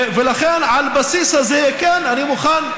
ולכן, על הבסיס הזה, כן, אני מוכן.